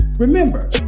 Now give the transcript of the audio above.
Remember